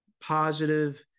positive